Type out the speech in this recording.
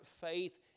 faith